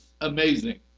amazing